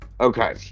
okay